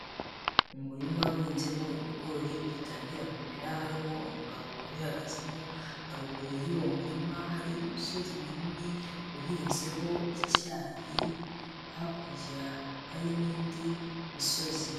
Umurima uhinzemo ibigori bigitangira kumera harimo umugabo ubihagazemo, haruguru y'uwo murima hari umusozi munini uhinzeho icyayi, hakurya hari n'indi misozi.